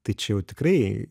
tai čia jau tikrai